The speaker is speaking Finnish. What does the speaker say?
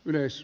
yleis